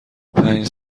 پنج